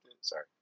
Sorry